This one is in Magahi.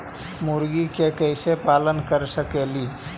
मुर्गि के कैसे पालन कर सकेली?